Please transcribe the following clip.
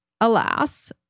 alas